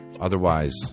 Otherwise